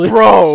Bro